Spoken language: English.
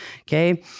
okay